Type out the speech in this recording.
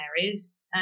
areas